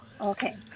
okay